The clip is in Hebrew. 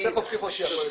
את זה חופשי חודשי יסדיר.